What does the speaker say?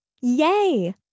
Yay